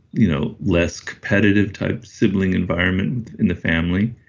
you know less competitive type sibling environment in the family,